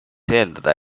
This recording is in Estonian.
eeldada